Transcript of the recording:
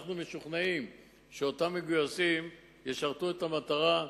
אנחנו משוכנעים שאותם מגויסים ישרתו את המטרה,